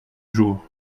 jours